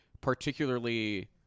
particularly